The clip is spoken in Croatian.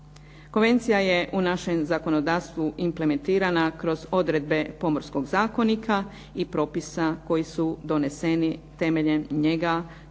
Konvencija je u našem zakonodavstvu implementirana kroz odredbe Pomorskog zakonika i propisa koji su doneseni temeljem njega kao